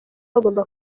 bagomba